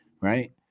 Right